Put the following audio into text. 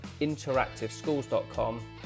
interactiveschools.com